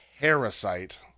Parasite